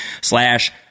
slash